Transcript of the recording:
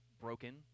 broken